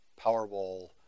Powerball